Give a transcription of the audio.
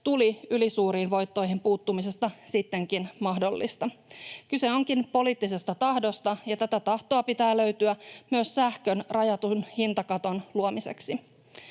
tuli ylisuuriin voittoihin puuttumisesta sittenkin mahdollista. Kyse onkin poliittisesta tahdosta, ja tätä tahtoa pitää löytyä myös sähkön rajatun hintakaton luomiseksi.